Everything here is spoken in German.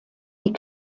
die